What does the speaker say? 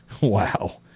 Wow